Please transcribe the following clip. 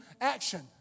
action